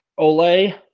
Ole